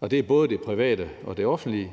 og det er både det private og det offentlige